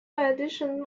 edition